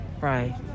Right